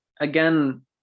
again